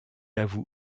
avoue